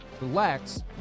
relax